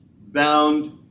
bound